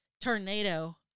tornado